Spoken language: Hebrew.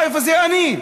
חיפה זה אני.